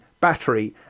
battery